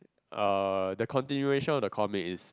uh the continuation of the comic is